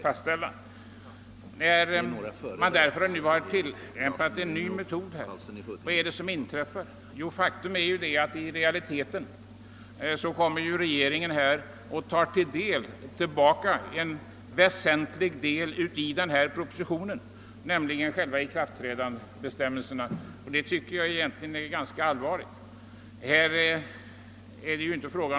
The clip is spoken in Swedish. Vad inträffar när man nu vill börja tillämpa en ny metod på detta område? Jo, regeringen tar i realiteten tillbaka en väsentlig del av propositionen, nämligen själva ikraftträdandebestämmelserna. Det tycker jag är ganska allvarligt.